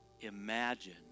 imagine